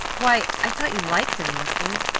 why, i thought you liked him, leslie!